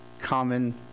common